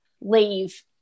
leave